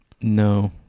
No